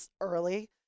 early